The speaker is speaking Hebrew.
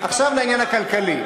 עכשיו לעניין הכלכלי.